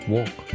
Walk